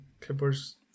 Clippers